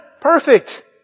perfect